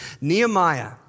Nehemiah